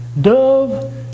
dove